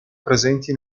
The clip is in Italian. presenti